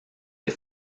des